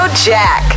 Jack